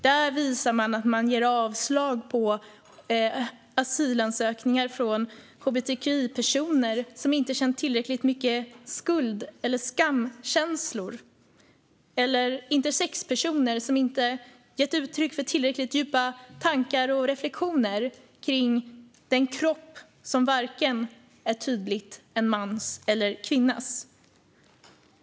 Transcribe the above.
Där visas att det ges avslag på asylansökningar från hbtqi-personer som inte har känt tillräckligt mycket skuld eller skamkänslor eller från intersexpersoner som inte har gett uttryck för tillräckligt djupa tankar och reflektioner kring den kropp som varken är tydligt en mans eller en kvinnas.